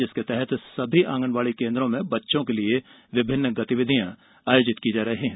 जिसके तहत सभी आंगनबाड़ी केन्द्रों में बच्चों के लिए विभिन्न गतिविधियां आयोजित की जा रही है